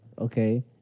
Okay